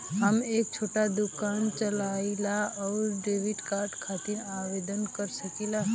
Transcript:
हम एक छोटा दुकान चलवइले और क्रेडिट कार्ड खातिर आवेदन कर सकिले?